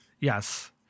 yes